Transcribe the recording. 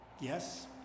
Yes